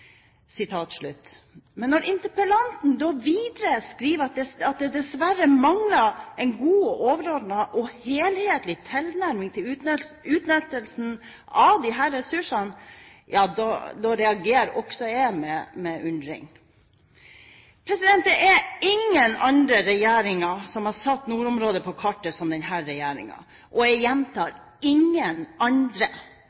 Men når interpellanten videre skriver: «Dessverre mangler en god overordnet og helhetlig tilnærming til utnyttelse av disse rike ressursene», reagerer også jeg med undring. Ingen andre regjeringer har satt nordområdene på kartet som denne regjeringen – jeg